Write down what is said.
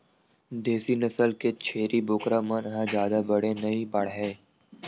देसी नसल के छेरी बोकरा मन ह जादा बड़े नइ बाड़हय